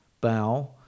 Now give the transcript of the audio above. bow